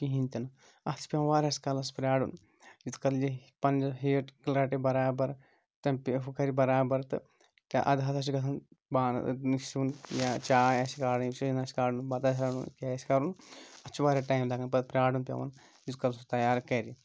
کِہیٖنۍ تہِ نہٕ اَتھ چھِ پٮ۪وَان واریِہَس کالَس پیارُن یُتھ کال یہِ پننہِ ہیٖٹ رَٹہِ بَرابَر تَمپے ہُہ کَرِ بَرابَر تہٕ اَدٕ ہَسا چھِ گژھان بانہٕ نِش سیُٚن یا چاے آسہِ کَڑٕنۍ سیُٚن آسہِ کَڑُن بتہٕ آسہِ رَنُن کیاہ آسہِ کَرُن اَتھ چھِ واریاہ ٹایم لَگَان پَتہٕ پیارُن پٮ۪وَان ییٖتِس سُہ تیار کَرِ